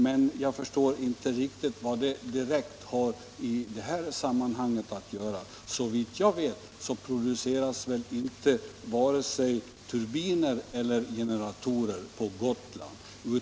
Men jag förstår inte riktigt att den saken hör hemma i det här sammanhanget. Såvitt jag vet produceras väl inte vare sig turbiner eller generatorer på Gotland.